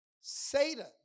Satan